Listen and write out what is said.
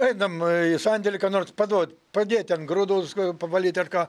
einam į sandėlį ką nors paduot padėt ten grūdus pavalyt ar ką